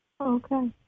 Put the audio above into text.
Okay